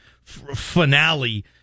finale